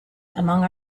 among